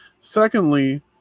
Secondly